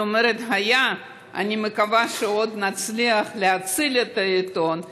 אני אומרת "היה" אני מקווה שעוד נצליח להציל את העיתון.